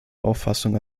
auffassung